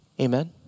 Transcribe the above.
Amen